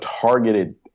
targeted